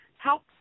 help